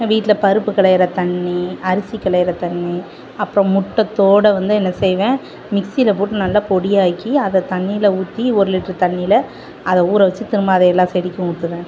வீட்டில் பருப்பு களைகிற தண்ணி அரிசி களைகிற தண்ணி அப்புறம் முட்டைத்தோடய வந்து என்ன செய்வேன் மிக்சியில் போட்டு நல்லா பொடியாக ஆக்கி அதை தண்ணியில் ஊற்றி ஒரு லிட்டர் தண்ணியில் அதை ஊறைவச்சி திரும்ப அதை எல்லா செடிக்கும் ஊற்றுவேன்